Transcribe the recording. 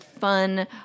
fun